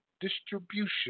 distribution